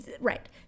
right